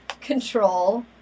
control